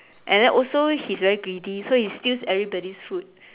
and then also he is very greedy so he steals everybody food